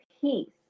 peace